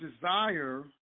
desire